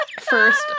first